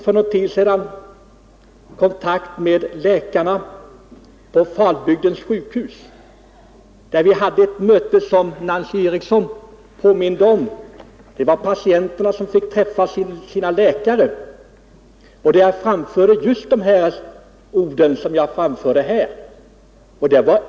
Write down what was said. För någon tid sedan deltog jag på Falbygdens sjukhus i ett möte av det slag som Nancy Eriksson talade om. Patienterna fick träffa sina läkare, och de uttalade just de ord som jag har anfört här.